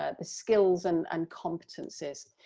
ah the skills and and competences.